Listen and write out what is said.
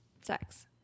sex